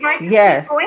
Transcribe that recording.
Yes